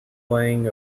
playing